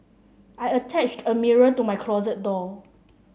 I attached a mirror to my closet door